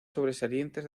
sobresalientes